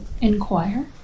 inquire